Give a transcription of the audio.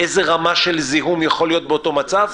איזו רמה של זיהום יכול להיות באותו מצב?